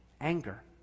anger